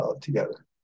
together